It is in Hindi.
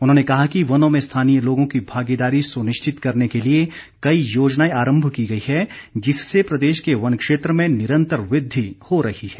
उन्होंने कहा कि वनों में स्थानीय लोगों की भागीदारी सुनिश्चित करने के लिए कई योजनाएं आरंभ की गई हैं जिससे प्रदेश के वन क्षेत्र में निरंतर वृद्धि हो रही है